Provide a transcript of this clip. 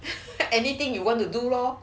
anything you want to do lor